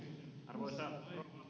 arvoisa